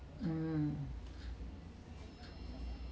um